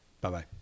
Bye-bye